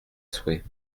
souhait